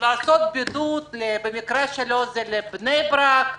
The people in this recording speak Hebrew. לעשות בידוד, במקרה שלו זה לבני ברק.